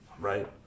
right